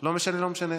לא משנה, לא משנה.